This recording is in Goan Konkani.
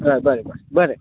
हय बरें बरें